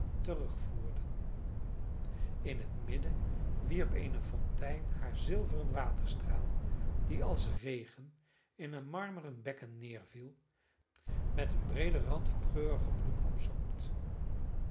terugvoerden in het midden wierp eene fontein haar zilveren waterstraal die als regen in een marmeren bekken neerviel met een breeden rand van geurige bloemen